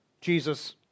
Jesus